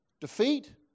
defeat